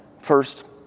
First